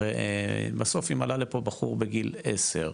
הרי בסוף אם עלה לפה בחור בגיל עשר,